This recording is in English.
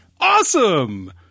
Awesome